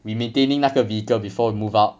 we maintaining 那个 vehicle before we move out